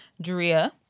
Drea